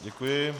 Děkuji.